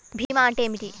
భీమా అంటే ఏమిటి?